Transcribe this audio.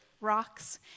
rocks